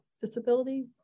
disability